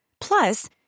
Plus